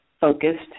focused